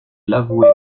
l’avouer